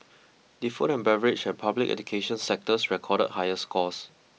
the food and beverage and public education sectors recorded higher scores